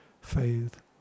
faith